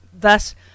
Thus